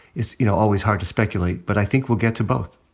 it's you know always hard to speculate. but i think we'll get to both.